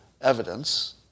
evidence